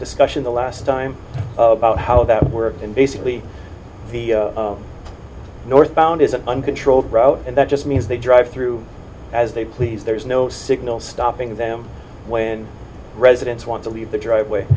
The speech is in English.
discussion the last time about how that works and basically the northbound is an uncontrolled route and that just means they drive through as they please there's no signal stopping them when residents want to leave the driveway